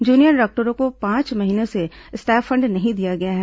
junior डॉक्टरों को पांच महीने से स्टायफंड नहीं दिया गया है